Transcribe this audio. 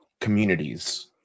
communities